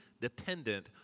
dependent